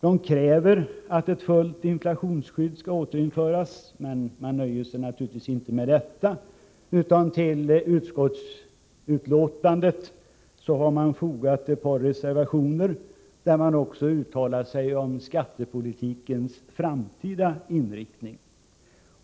De kräver att fullt inflationsskydd skall återinföras. Men man nöjer sig inte med detta, utan till utskottsbetänkandet har man fogat ett par reservationer, där man uttalat sig om skattepolitikens framtida inriktning.